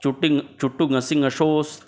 चुटुङसि ङशोस्